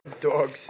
dogs